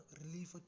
relief